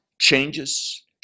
changes